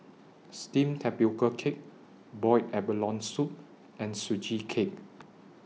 Steamed Tapioca Cake boiled abalone Soup and Sugee Cake